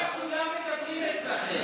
למה כולם מדברים אצלכם?